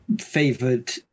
favored